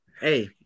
Hey